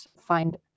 find